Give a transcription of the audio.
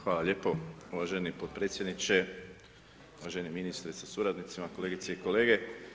Hvala lijepo uvaženi potpredsjedniče, uvaženi ministre sa suradnicima, kolegice i kolege.